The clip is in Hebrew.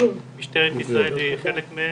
משטרת ישראל היא חלק מהם,